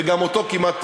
וגם אותו כמעט,